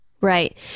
right